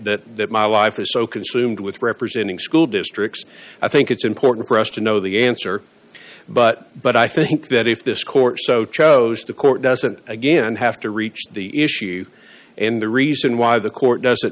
that my life is so consumed with representing school districts i think it's important for us to know the answer but but i think that if this course so chose the court doesn't again have to reach the issue and the reason why the court doesn't